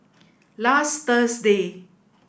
last Thursday